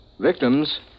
Victims